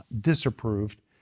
disapproved